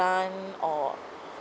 grant or